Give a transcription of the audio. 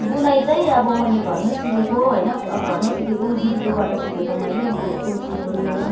बुनाइ चाहिँ अब मैले घरमा सिकेको होइन अब घरमा सिकेको दिदीकोबाट सिकेको मैले कुर्सी बुन्नु